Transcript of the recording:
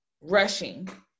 rushing